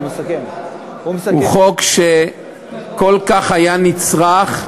הוא חוק שכל כך נצרך,